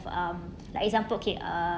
um like example okay uh